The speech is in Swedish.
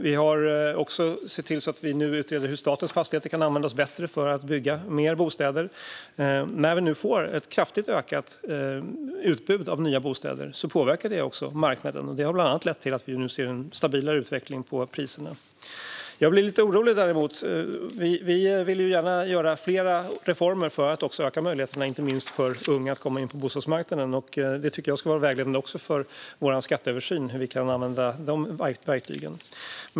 Vi har också sett till att vi nu utreder hur statens fastigheter kan användas bättre för att bygga mer bostäder. När vi nu får ett kraftigt ökat utbud av nya bostäder påverkar det också marknaden. Det har bland annat lett till att vi nu ser en stabilare utveckling på priserna. Vi vill gärna göra fler reformer för att öka möjligheterna inte minst för unga att komma in på bostadsmarknaden. Jag tycker att det också ska vara vägledande för vår skatteöversyn hur vi kan använda dessa verktyg.